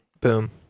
Boom